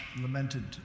lamented